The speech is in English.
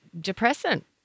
depressant